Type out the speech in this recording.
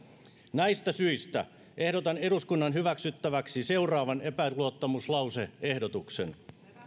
näistä syistä ehdotan eduskunnan hyväksyttäväksi seuraavan epäluottamuslause ehdotuksen